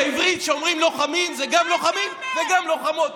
בעברית כשאומרים "לוחמים" זה גם לוחמים וגם לוחמות,